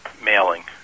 mailing